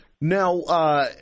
now